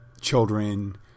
children